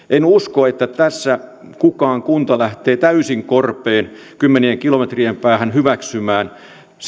en usko että tässä mikään kunta lähtee täysin korpeen kymmenien kilometrien päähän hyväksymään